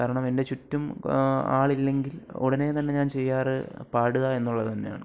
കാരണം എൻ്റെ ചുറ്റും ആളില്ലെങ്കിൽ ഉടനെ തന്നെ ഞാൻ ചെയ്യാറ് പാടുക എന്നുള്ളത് തന്നെയാണ്